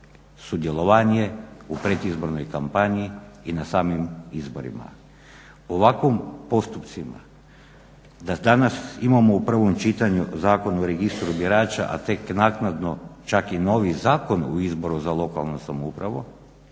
sudjelovanje u predizbornoj kampanji i na samim izborima. Ovakvim postupcima, da danas imamo u prvom čitanju Zakon o registru birača, a tek naknadno čak i novi Zakon o izboru za lokalnu samoupravu,